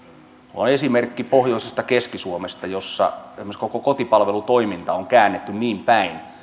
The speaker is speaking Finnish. on esimerkki pohjoisesta keski suomesta jossa esimerkiksi koko kotipalvelutoiminta on käännetty niinpäin